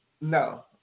No